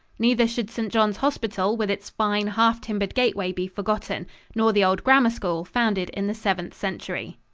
neither should st. john's hospital, with its fine, half-timbered gateway be forgotten nor the old grammar school, founded in the seventh century.